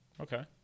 Okay